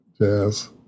Jazz